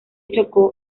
chocó